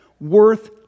worth